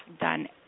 done